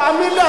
תאמין לי,